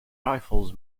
rifles